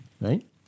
right